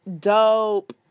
dope